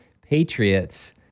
Patriots